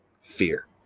Fear